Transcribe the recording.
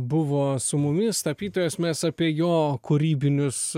buvo su mumis tapytojas mes apie jo kūrybinius